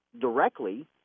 directly